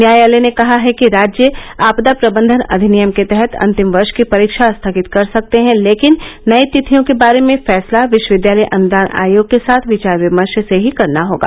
न्यायालय ने कहा है कि राज्य आपदा प्रबंधन अधिनियम के तहत अंतिम वर्ष की परीक्षा स्थगित कर सकते है लेकिन नई तिथियों के बारे में फैसला विश्वविद्यालय अनुदान आयोग के साथ विचार विमर्श से ही करना होगा